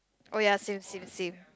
oh ya same same same